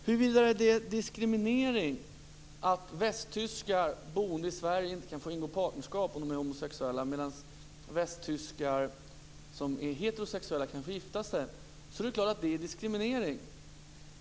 Huruvida det är diskriminering att tyskar boende i Sverige inte kan få ingå partnerskap om de är homosexuella medan tyskar som är heterosexuella kan få gifta sig, är det klart att det är en diskriminering.